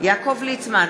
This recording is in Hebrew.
יעקב ליצמן,